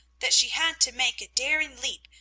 that she had to make a daring leap,